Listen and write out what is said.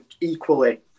equally